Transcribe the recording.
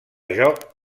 joc